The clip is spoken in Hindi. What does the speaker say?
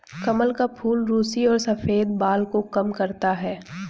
कमल का फूल रुसी और सफ़ेद बाल को कम करता है